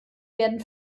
werden